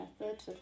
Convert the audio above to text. methods